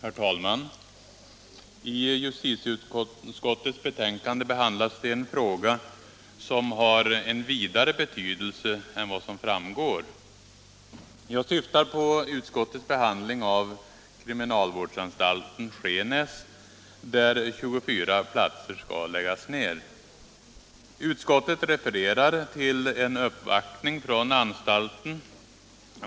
Herr talman! I justitieutskottets betänkande nr 29 behandlas en fråga som har cn vidare betydelse än vad som framgår av betänkandet. Jag syftar på utskottets behandling av kriminalvårdsanstalten Skenäs, där 24 platser föreslås bli nedlagda. Utskottet refererar till en uppvaktning från anstalten.